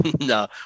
No